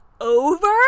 over